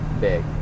big